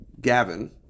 Gavin